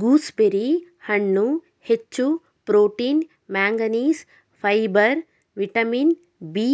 gooseberry ಹಣ್ಣು ಹೆಚ್ಚು protein manganese, fibre vitamin B